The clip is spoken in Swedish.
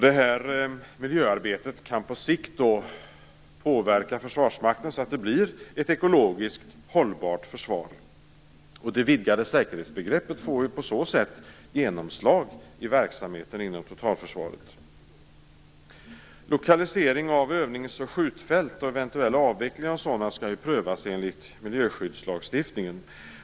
Detta miljöarbete kan på sikt påverka Försvarsmakten, så att det blir ett ekologiskt hållbart försvar. Det vidgade säkerhetsbegreppet får ju på så sätt genomslag i verksamheten inom totalförsvaret. Lokalisering av övnings och skjutfält och en eventuell avveckling av sådana skall prövas enligt miljöskyddslagstiftningen.